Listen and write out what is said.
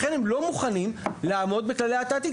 לכן הם לא מוכנים לעמוד בכללי התעתיק.